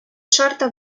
чорта